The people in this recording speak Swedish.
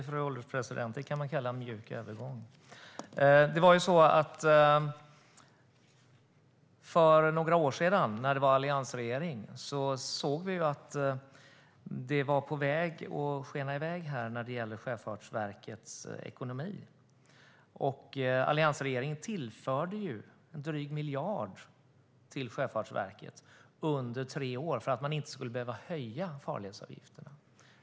Fru ålderspresident! Detta kan man kalla en mjuk övergång. För några år sedan, under alliansregeringens tid, såg vi att Sjöfartsverkets ekonomi höll på att skena iväg. Alliansregeringen tillförde drygt 1 miljard till Sjöfartsverket under tre år för att man inte skulle behöva höja farledsavgifterna.